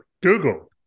Google